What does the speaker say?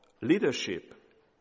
leadership